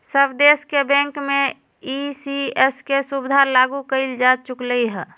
सब देश के बैंक में ई.सी.एस के सुविधा लागू कएल जा चुकलई ह